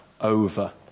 over